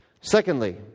Secondly